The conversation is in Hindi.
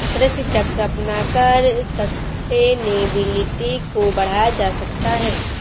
कृषि चक्र अपनाकर सस्टेनेबिलिटी को बढ़ाया जा सकता है